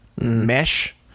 mesh